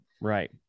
right